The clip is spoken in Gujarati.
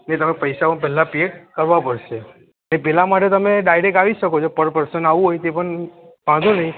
જે તમે પૈસા હું પહેલા પે કરવા પડશે એ પહેલા માટે તમે ડાયરેક્ટ આવી શકો છો પર પર્સન આવવું હોય તે પણ વાંધો નહીં